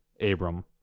Abram